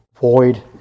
void